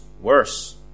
worse